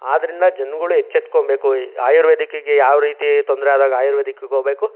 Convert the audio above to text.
ಆದ್ರಿಂದ ಜನ್ಗಳು ಎಚ್ಚೆತ್ಕೊಬೇಕು ಈ ಆಯುರ್ವೇದಿಕ್ಕಿಗೆ ಯಾವ ರೀತಿ ತೊಂದರೆ ಆದಾಗ ಆಯುರ್ವೇದಿಕ್ಕಿಗೋಗಬೇಕು